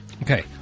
Okay